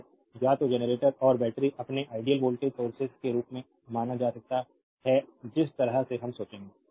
तो या तो जनरेटर और बैटरी अपने आइडियल वोल्टेज सोर्सेज के रूप में माना जा सकता है कि जिस तरह से हम सोचेंगे